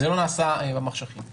זה לא נעשה במחשכים.